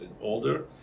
older